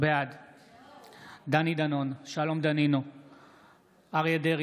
אינו נוכח אבי דיכטר,